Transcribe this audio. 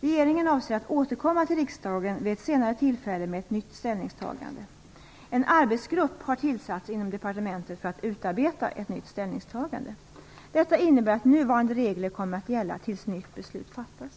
Regeringen avser att återkomma till riksdagen vid ett senare tillfälle med ett nytt ställningstagande. En arbetsgrupp har tillsatts inom departementet för att utarbeta ett nytt ställningstagande. Detta innebär att nuvarande regler kommer att gälla tills nytt beslut fattas.